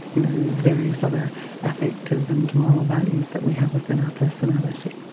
you know, various other affective and moral values that we have within our personality.